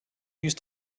used